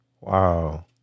Wow